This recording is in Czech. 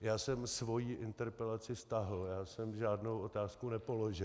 Já jsem svoji interpelaci stáhl, žádnou otázku jsem nepoložil.